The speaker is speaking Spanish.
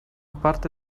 parte